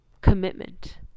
commitment